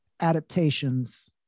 adaptations